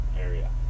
area